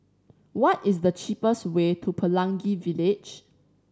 what is the cheapest way to Pelangi Village